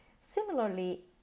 Similarly